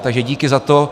Takže díky za to.